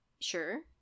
Sure